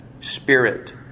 Spirit